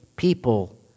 People